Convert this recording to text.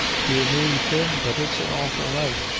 dear me, thin, but it's an awful night,